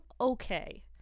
okay